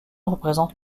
représente